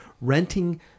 renting